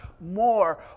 more